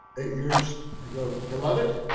eight years i go, you love it